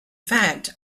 fact